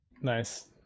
Nice